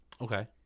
Okay